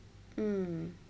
mm